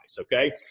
Okay